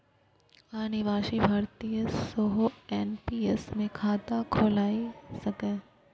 अनिवासी भारतीय सेहो एन.पी.एस मे खाता खोलाए सकैए